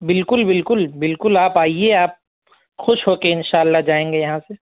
بالکل بالکل بالکل آپ آئیے آپ خوش ہو کے انشاء اللہ جائیں گے یہاں سے